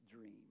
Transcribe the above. dream